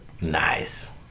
Nice